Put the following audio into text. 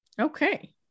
Okay